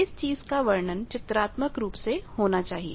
इस चीज का वर्णन चित्रात्मक रुप से होना चाहिए